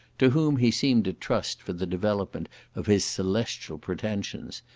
to whom he seemed to trust for the development of his celestial pretensions,